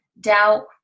doubt